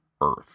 Earth